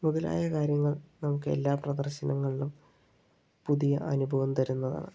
മുതലായ കാര്യങ്ങൾ നമുക്കെല്ലാ പ്രദർശനങ്ങളിലും പുതിയ അനുഭവം തരുന്നതാണ്